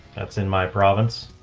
that's in my province.